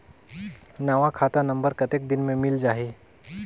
नवा खाता नंबर कतेक दिन मे मिल जाही?